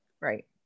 Right